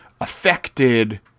affected